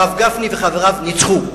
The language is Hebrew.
הרב גפני וחבריו ניצחו.